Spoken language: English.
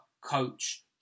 coach